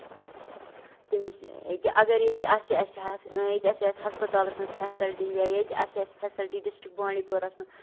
تٔمِس یہِ کیٛاہ اَگر ییٚتہِ اَسہِ آسہِ ہا ییٚتہِ آسہِ ہا اَسہِ ہَسپَتالَس منٛز فیسَلٹی یا ییٚتہِ آسہِ ہا اَسہِ فیسَلٹی ڈِسٹرکٹ بانڈی پورَس منٛز